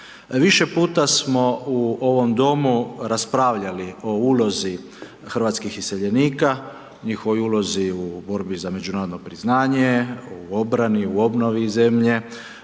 Više puta smo u ovom Domu raspravljali o ulozi hrvatskih iseljenika, njihovoj ulozi u borbi za međunarodno priznanje, u obrani, u obnovi zemlje,